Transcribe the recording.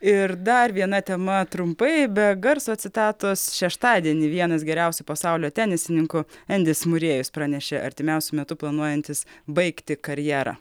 ir dar viena tema trumpai be garso citatos šeštadienį vienas geriausių pasaulio tenisininkų endis murėjus pranešė artimiausiu metu planuojantis baigti karjerą